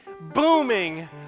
booming